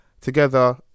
Together